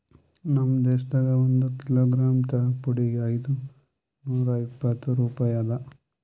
ನಮ್ ದೇಶದಾಗ್ ಒಂದು ಕಿಲೋಗ್ರಾಮ್ ಚಹಾ ಪುಡಿಗ್ ಐದು ನೂರಾ ಇಪ್ಪತ್ತು ರೂಪಾಯಿ ಅದಾ